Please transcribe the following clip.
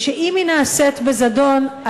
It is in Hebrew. ושאם היא נעשית בזדון,